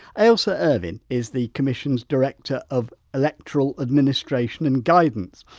ailsa irvine is the commission's director of electoral administration and guidance.